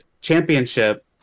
championship